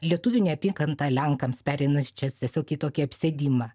lietuvių neapykantą lenkams pereina čia tiesiog į tokį apsėdimą